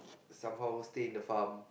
somehow stay in the farm